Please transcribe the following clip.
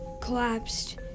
collapsed